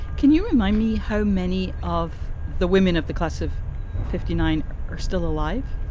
can you remind me how many of the women of the class of fifty nine are still alive?